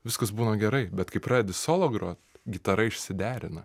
viskas būna gerai bet kai pradedi solo grot gitara išsiderina